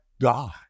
God